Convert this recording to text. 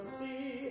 see